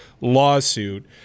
lawsuit